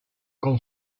con